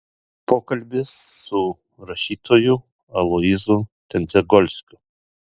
pokalbis su rašytoju aloyzu tendzegolskiu